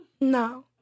No